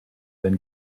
then